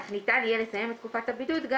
אך ניתן יהיה לסיים את תקופת הבידוד גם